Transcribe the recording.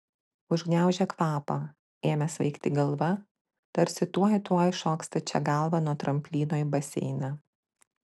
užgniaužė kvapą ėmė svaigti galva tarsi tuoj tuoj šoks stačia galva nuo tramplyno į baseiną